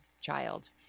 child